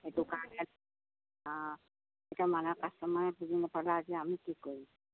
সেইটো কাৰণে এতিয়া মানে কাষ্টমাৰ আমি কি কৰিম